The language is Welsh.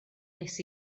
nes